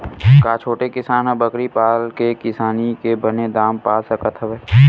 का छोटे किसान ह बकरी पाल के किसानी के बने दाम पा सकत हवय?